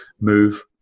move